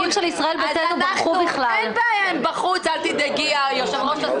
נציגי ישראל ביתנו בכלל לא פה,